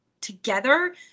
together